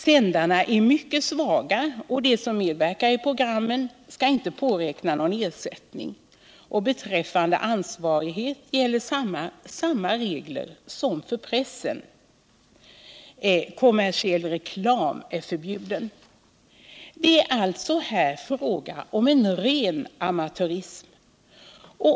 Sändarna är mycket svaga, och de som medverkar i programmen skall inte påräkna någon ersättning. Beträffande ansvarighet gäller samma regler som för pressen. Kommersiell reklam är förbjuden. Det är alltså här fråga om en ren amatörism.